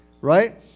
right